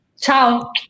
Ciao